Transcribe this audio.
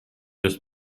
just